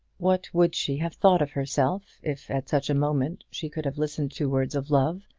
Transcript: what would she have thought of herself if at such a moment she could have listened to words of love,